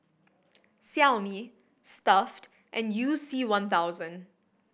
Xiaomi Stuff'd and You C One thousand